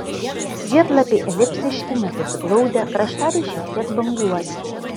žiedlapiai elipsiški nesusiglaudę krašteliai šiek tiek banguoti